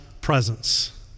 presence